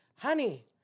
honey